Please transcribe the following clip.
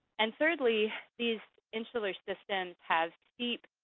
and thirdly, these insular systems have steep,